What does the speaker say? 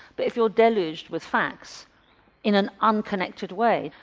but if you're deluged with facts in an unconnected way,